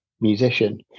musician